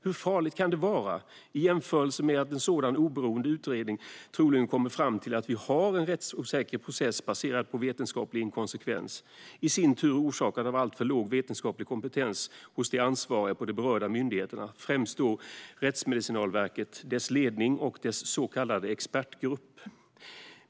Hur farligt kan detta vara i jämförelse med att en sådan oberoende utredning troligen kommer fram till att vi har en rättsosäker process baserad på vetenskaplig inkonsekvens, något som i sin tur orsakas av alltför låg vetenskaplig kompetens hos de ansvariga på de berörda myndigheterna och då främst inom Rättsmedicinalverket, dess ledning och dess så kallade expertgrupp?